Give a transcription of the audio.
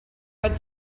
red